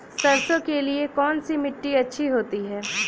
सरसो के लिए कौन सी मिट्टी अच्छी होती है?